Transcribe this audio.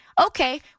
Okay